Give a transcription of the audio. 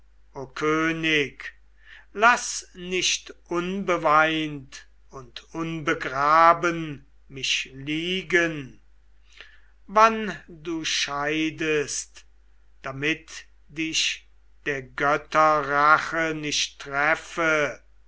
o könig laß nicht unbeweint und unbegraben mich liegen wann du scheidest damit dich der götter rache nicht treffe